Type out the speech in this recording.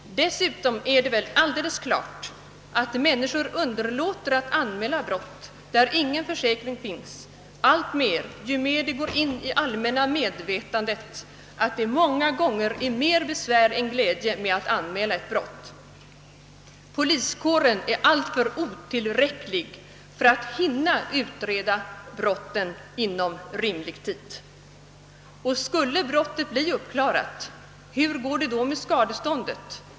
Dessutom är det väl alldeles klart, att människor i allt större utsträckning underlåter att anmäla brott, för vilka ingen försäkring finns, ju mer det går in i det allmänna medvetandet att det många gånger är till mer besvär än glädje att anmäla brott. Poliskåren är alltför liten för att hinna utreda brotten inom rimlig tid. Och skulle brotten bli uppklarade, hur går det då med skadeståndet?